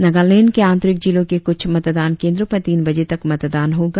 नगालैंड के आंतरिक जिलों के कुछ मतदान केंद्रों पर तीन बजे तक मतदान होगा